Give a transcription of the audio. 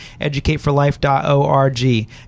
educateforlife.org